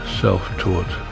self-taught